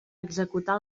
executar